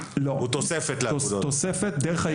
הוא תוספת לאגודות.